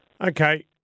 Okay